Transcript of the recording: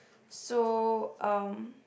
so um